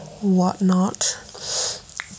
whatnot